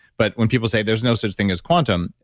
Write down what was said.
but when people say there's no such thing as quantum,